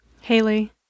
Haley